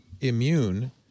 immune